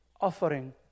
offering